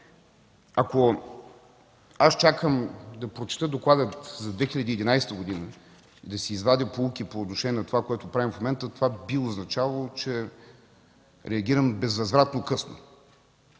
ако аз чакам да прочета доклада за 2011 г., да си извадя поуки по отношение на това, което правим в момента, това би означавало, че реагирам безвъзвратно късно.